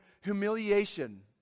humiliation